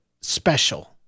special